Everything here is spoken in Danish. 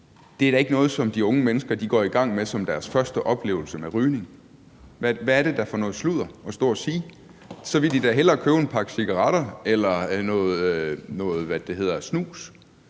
Det er da ikke noget, som de unge mennesker går i gang med som deres første oplevelse med rygning – hvad er det da for noget sludder at stå og sige? Så vil de da hellere købe en pakke cigaretter eller noget – hvad er det, det hedder – snus.